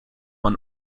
man